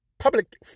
Public